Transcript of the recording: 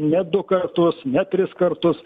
ne du kartus ne tris kartus